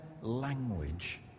language